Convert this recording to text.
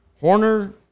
Horner